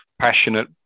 passionate